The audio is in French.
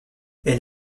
elle